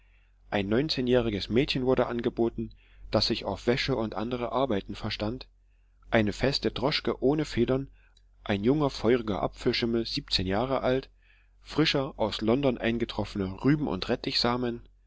ein neunzehnjähriges mädchen wurde angeboten das sich auf wäsche und andere arbeiten verstand eine feste droschke ohne federn ein junger feuriger apfelschimmel siebzehn jahre alt frischer aus london eingetroffener rüben und